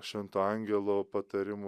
švento angelo patarimų